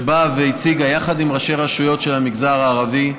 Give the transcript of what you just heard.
שבאה והציגה, יחד עם ראשי רשויות של המגזר הערבי,